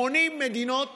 80 מדינות